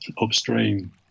upstream